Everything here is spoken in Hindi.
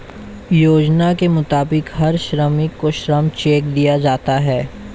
योजना के मुताबिक हर श्रमिक को श्रम चेक दिया जाना हैं